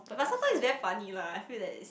but sometimes it's very funny lah I feel that is